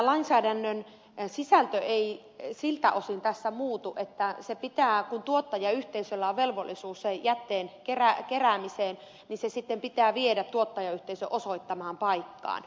lainsäädännön sisältö ei siltä osin tässä muutu että kun tuottajayhteisöllä on velvollisuus jätteen keräämiseen niin se sitten pitää viedä tuottajayhteisön osoittamaan paikkaan